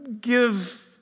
give